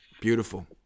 Beautiful